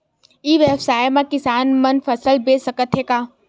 ई व्यवसाय म किसान मन फसल बेच सकथे का?